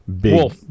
big